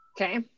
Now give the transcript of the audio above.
Okay